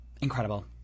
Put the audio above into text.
Incredible